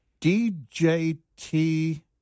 DJT